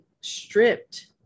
stripped